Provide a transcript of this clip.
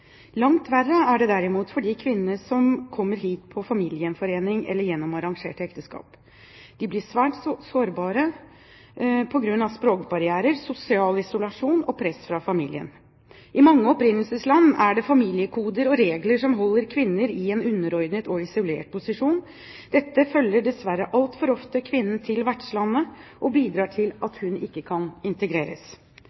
Langt verre er det derimot for de kvinnene som kommer hit på familiegjenforening eller gjennom arrangerte ekteskap. De blir svært sårbare på grunn av språkbarrierer, sosial isolasjon og press fra familien. I mange opprinnelsesland er det familiekoder og regler som holder kvinner i en underordnet og isolert posisjon. Dette følger dessverre altfor ofte kvinnen til vertslandet og bidrar til at